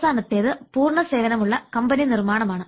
അവസാനത്തേത് പൂർണ സേവനം ഉള്ള കമ്പനി നിർമ്മാണമാണ്